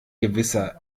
gewisser